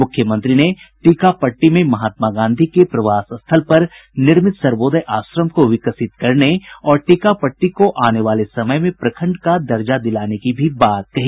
मुख्यमंत्री ने टीकापट्टी में महात्मा गांधी के प्रवास स्थल पर निर्मित सर्वोदय आश्रम को विकसित करने और टीकापट्टी को आने वाले समय में प्रखंड का दर्जा दिलाने की भी बात कही